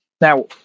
Now